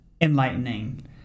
enlightening